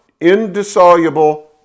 indissoluble